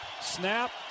Snap